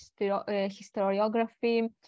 historiography